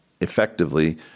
effectively